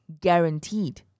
guaranteed